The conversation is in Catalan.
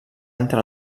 entre